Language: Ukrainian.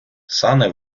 сани